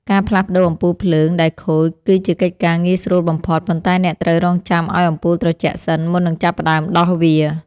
ការផ្លាស់ប្តូរអំពូលភ្លើងដែលខូច គឺជាកិច្ចការងាយស្រួលបំផុត ប៉ុន្តែអ្នកត្រូវរង់ចាំឱ្យអំពូលត្រជាក់សិនមុននឹងចាប់ផ្តើមដោះវា។